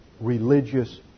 religious